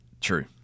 True